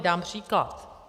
Dám příklad.